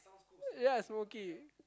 ya smoky